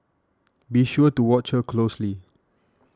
be sure to watch her closely